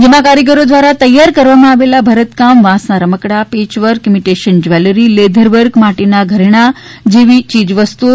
જેમાં કારીગરો દ્વારા તૈયાર કરવામાં આવેલી ભરત કામ વાંસના રમકડા patchwork imitation jewellery leather work માટીના ઘરેણા જેવી માટીની ચીજવસ્તુઓ તા